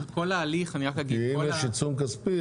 אם יש עיצום כספי,